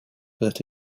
that